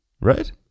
Right